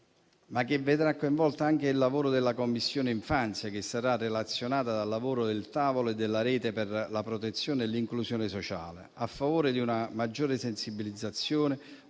ma che vedrà coinvolto anche il lavoro della Commissione infanzia, che sarà relazionata dal lavoro del tavolo e della rete per la protezione e l'inclusione sociale. A favore di una maggiore sensibilizzazione,